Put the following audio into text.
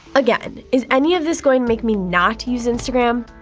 again, is any of this going to make me not use instagram?